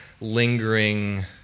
lingering